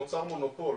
נוצר מונופול.